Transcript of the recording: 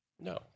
No